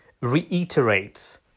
reiterates